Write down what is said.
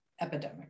epidemic